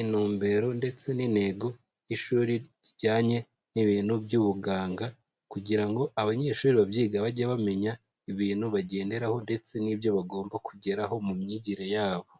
inumbero ndetse n'inego y'ishuri rijyanye n'ibintu by'ubuganga, kugira ngo abanyeshuri babyiga, bajye bamenya ibinu bagenderaho ndetse n'ibyo bagomba kugeraho mu myigire yabo.